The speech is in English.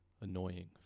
annoying